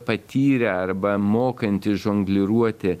patyrę arba mokantys žongliruoti